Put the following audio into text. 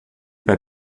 pas